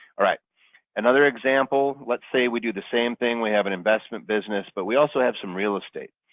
all right another example let's say we do the same thing we have an investment business but we also have some real estate.